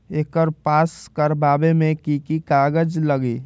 एकर पास करवावे मे की की कागज लगी?